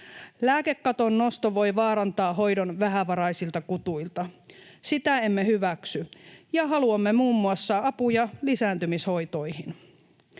Lääkekaton nosto voi vaarantaa hoidon vähävaraisilta kutuilta. Sitä emme hyväksy, ja haluamme muun muassa apuja lisääntymishoitoihin.